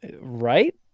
Right